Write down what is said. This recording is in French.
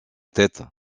tête